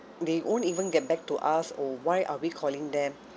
they won't even get back to us or why are we calling them